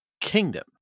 kingdom